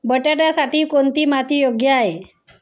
बटाट्यासाठी कोणती माती योग्य आहे?